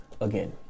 again